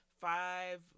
five